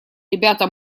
ребята